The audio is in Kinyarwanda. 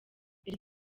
iri